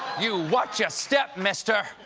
you watch your step, mister.